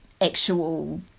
actual